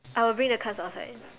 I will bring the cards outside